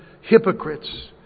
hypocrites